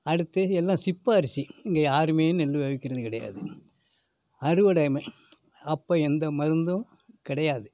அடுத்து என்ன சிப்பை அரிசி இங்க யாருமே நெல் வேவிக்கிறது கிடையாது அறுவடையுமே அப்போ எந்த மருந்தும் கிடையாது